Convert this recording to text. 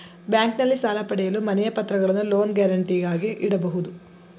ಬ್ಯಾಂಕ್ನಲ್ಲಿ ಸಾಲ ಪಡೆಯಲು ಮನೆಯ ಪತ್ರಗಳನ್ನು ಲೋನ್ ಗ್ಯಾರಂಟಿಗಾಗಿ ಇಡಬಹುದು